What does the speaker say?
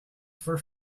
for